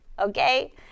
okay